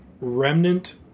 remnant